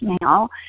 now